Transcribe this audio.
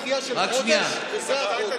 דחתה, הייתה דחייה של חודש, וזה החודש.